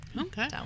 Okay